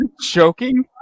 choking